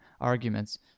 arguments